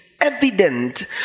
evident